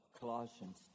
Colossians